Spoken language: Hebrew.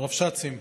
הרבש"צים,